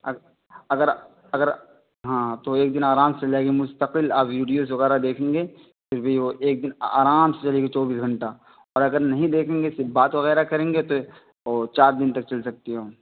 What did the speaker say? اگر اگر اگر ہاں تو ایک دن آرام سے چل جائے گی مستقل آپ ویڈیوز وغیرہ دیکھیں گے پھر بھی وہ ایک دن آرام سے چلے گی چوبیس گھنٹہ اور اگر نہیں دیکھیں گے صرف بات وغیرہ کریں گے تو وہ چار دن تک چل سکتی ہے